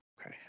Okay